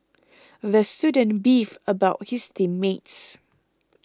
the student beefed about his team mates